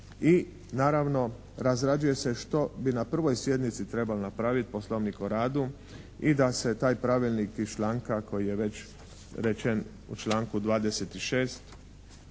i naravno razrađuje se što bi na prvoj sjednici trebalo napraviti, poslovnik o radu i da se taj pravilnik iz članka koji je već rečen u članku 26.